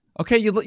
Okay